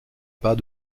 pas